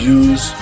use